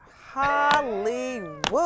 Hollywood